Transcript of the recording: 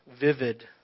vivid